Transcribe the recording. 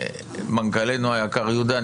מנכ"לנו היקר יהודה,